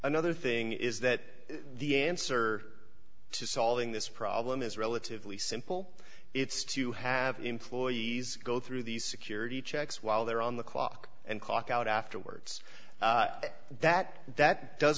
another thing is that the answer to solving this problem is relatively simple it's to have employees go through these security checks while they're on the clock and clock out afterwards that that does